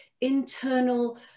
internal